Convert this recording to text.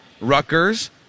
Rutgers